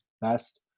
best